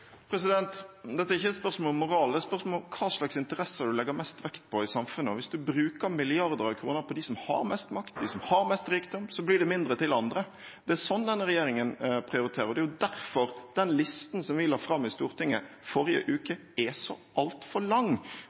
Dette er ikke et spørsmål om moral. Det er et spørsmål om hva slags interesser du legger mest vekt på i samfunnet. Hvis du bruker milliarder av kroner på dem som har mest makt, og dem som har mest rikdom, blir det mindre til andre. Det er sånn denne regjeringen prioriterer, og det er jo derfor den listen som vi la fram i Stortinget forrige uke, er så altfor lang: